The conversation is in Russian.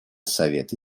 совета